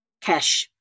cash